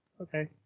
okay